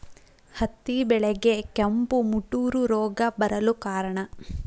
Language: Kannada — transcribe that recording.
ಹತ್ತಿ ಬೆಳೆಗೆ ಕೆಂಪು ಮುಟೂರು ರೋಗ ಬರಲು ಕಾರಣ?